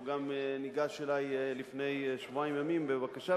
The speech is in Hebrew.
והוא גם ניגש אלי לפני שבועיים ימים בבקשה,